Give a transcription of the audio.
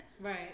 Right